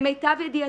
למיטב ידיעתי,